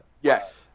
Yes